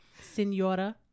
Senora